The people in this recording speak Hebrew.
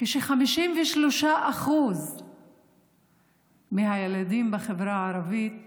כש-53% מהילדים בחברה הערבית